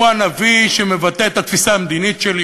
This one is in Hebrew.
הוא הנביא שמבטא את התפיסה המדינית שלי,